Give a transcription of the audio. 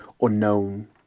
unknown